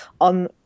on